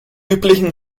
üblichen